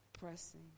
Pressing